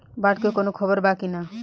बाढ़ के कवनों खबर बा की?